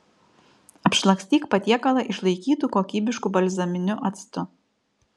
apšlakstyk patiekalą išlaikytu kokybišku balzaminiu actu